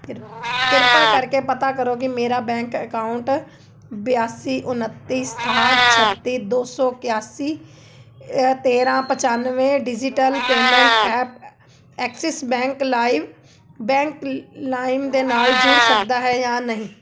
ਕਿਰ ਕਿਰਪਾ ਕਰਕੇ ਪਤਾ ਕਰੋ ਕਿ ਮੇਰਾ ਬੈਂਕ ਅਕਾਊਂਟ ਬਿਆਸੀ ਉਨੱਤੀ ਸਤਾਹਠ ਛੱਤੀ ਦੋ ਸੌ ਇਕਿਆਸੀ ਤੇਰਾਂ ਪਚੱਨਵੇ ਡਿਜ਼ਿਟਲ ਪੇਮੈਂਟ ਐਪ ਐ ਐਕਸਿਸ ਬੈਂਕ ਲਾਈਵ ਬੈਂਕ ਲ ਲਾਈਮ ਦੇ ਨਾਲ ਜੁੜ ਸਕਦਾ ਹੈ ਜਾਂ ਨਹੀਂ